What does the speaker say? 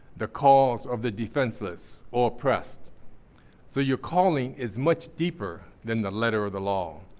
the cause of the defenseless or oppressed so your calling is much deeper than the letter of the law.